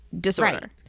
disorder